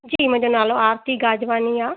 जी मुंहिंजो नालो आरती गाजवानी आहे